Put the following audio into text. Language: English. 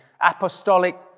apostolic